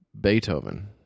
Beethoven